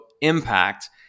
impact